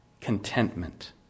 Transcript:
contentment